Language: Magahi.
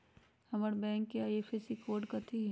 हमर बैंक के आई.एफ.एस.सी कोड कथि हई?